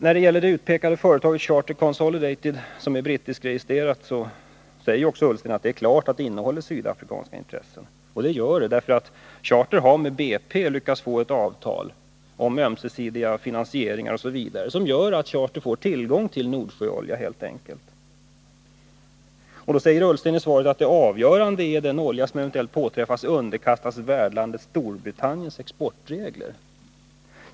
När det gäller det utpekade företaget Charter Consolidated, som är brittiskregistrerat, säger också Ola Ullsten att det är klart att det innehåller sydafrikanska intressen. Och det gör det, därför att Charter har med BP lyckats få ett avtal om ömsesidig finansiering osv., som gör att Charter får tillgång till Nordsjöolja helt enkelt. Då säger Ola Ullsten i svaret att det avgörande är att den olja som eventuellt påträffas är underkastad värdlandet Storbritanniens exportregler.